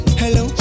hello